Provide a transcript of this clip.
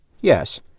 Yes